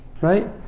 Right